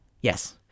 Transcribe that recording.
Yes